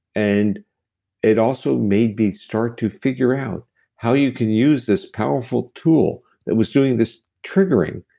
and it also made me start to figure out how you can use this powerful tool that was doing this triggering,